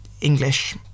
English